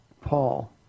Paul